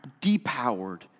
depowered